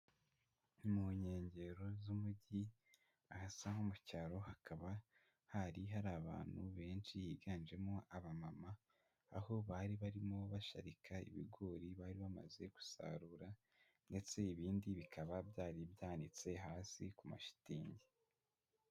Mu nkengero z'umujyi, ahasa nko mu cyaro hakaba hari hari abantu benshi higanjemo abamama, aho bari barimo basharika ibigori bari bamaze gusarura ndetse ibindi bikaba byari byanitse hasi ku mashitingi.